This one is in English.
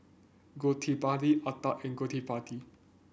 Gottipati Atal and Gottipati